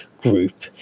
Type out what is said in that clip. group